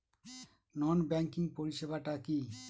নন banking পরিষেবা টা কি?